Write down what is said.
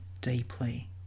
deeply